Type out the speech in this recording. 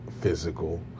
physical